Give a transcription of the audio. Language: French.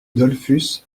dollfus